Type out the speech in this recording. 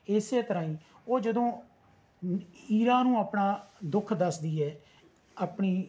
ਇਸੇ ਤਰ੍ਹਾਂ ਹੀ ਉਹ ਜਦੋਂ ਈਰਾ ਨੂੰ ਆਪਣਾ ਦੁੱਖ ਦੱਸਦੀ ਹੈ ਆਪਣੀ